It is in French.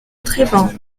treban